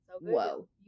whoa